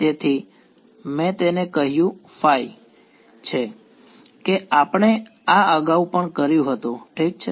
તેથી મેં તેને કહ્યું છે કે આપણે આ અગાઉ પણ કર્યું હતું ઠીક છે